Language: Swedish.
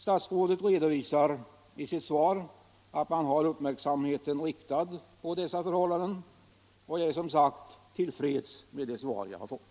Statsrådet visar i sitt svar att man har uppmärksamheten riktad på dessa förhållanden, och jag är som sagt till freds med det svar jag fått.